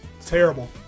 terrible